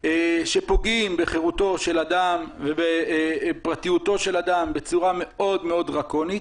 שפוגעים בחירותו של אדם ובפרטיותו של אדם בצורה מאוד מאוד דרקונית,